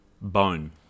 Bone